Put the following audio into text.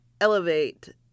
elevate